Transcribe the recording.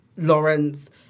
Lawrence